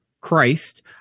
Christ